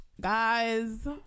Guys